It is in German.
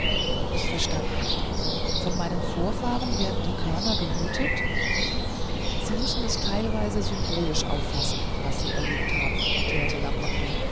ich verstand nicht von meinen vorfahren werden die körner behütet sie müssen es teilweise symbolisch auffassen was sie erlebt haben erklärte